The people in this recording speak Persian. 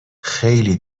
خیلی